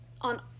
on